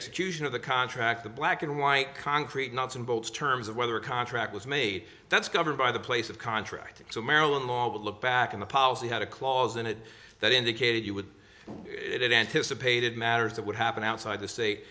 execution of the contract the black and white concrete nuts and bolts terms of whether a contract was made that's covered by the place of contract so maryland law would look back on the policy had a clause in it that indicated you would it anticipated matters that would happen outside t